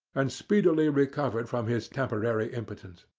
and speedily recovered from his temporary impotence.